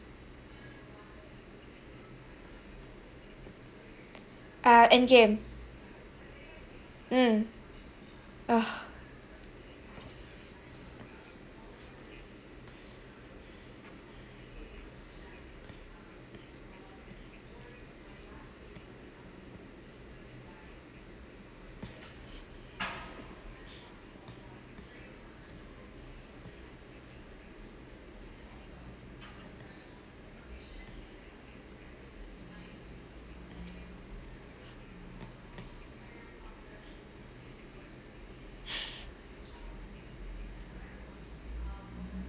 uh end game mm oh